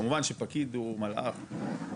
כמובן שפקיד הוא מלאך הוא מלאך,